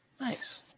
Nice